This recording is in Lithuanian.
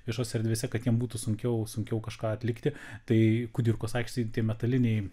viešose erdvėse kad jiem būtų sunkiau sunkiau kažką atlikti tai kudirkos aikštėj tie metaliniai